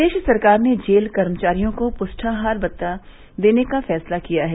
प्रदेश सरकार ने जेल कर्मचारियों को पुष्टाहार भत्ता देने का फैसला किया है